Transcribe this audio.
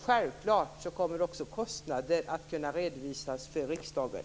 Självklart kommer också kostnaderna att kunna redovisas för riksdagen.